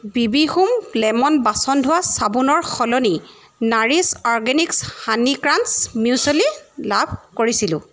বিবি home lemon বাচন ধোৱা চাবোনৰ সলনি Nourish Organics honey crunch muesli লাভ কৰিছিলোঁ